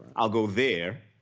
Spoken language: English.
i'll go there,